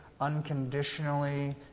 unconditionally